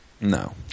No